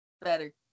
Better